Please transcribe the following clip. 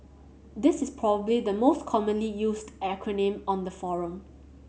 this is probably the most commonly used acronym on the forum